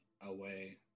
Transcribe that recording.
away